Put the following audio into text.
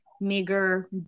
meager